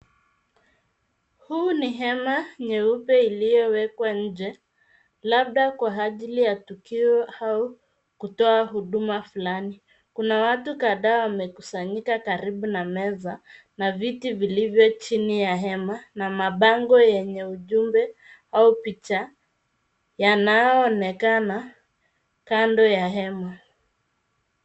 Huu ni hema nyeupe iliyowekwa inje, labda kwa ajili ya tukio au kutoa huduma fulani. Kuna watu kadhaa wamekusangika karibu na meza, na viti vilivyo chini ya hema na mabango yenye ujumbe au picha. Yanayoonekana kando ya hema.